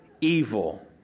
evil